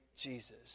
Jesus